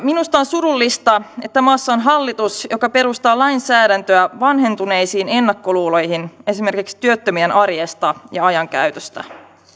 minusta on surullista että maassa on hallitus joka perustaa lainsäädäntöä vanhentuneisiin ennakkoluuloihin esimerkiksi työttömien arjesta ja ajankäytöstä